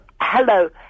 hello